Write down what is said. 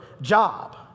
job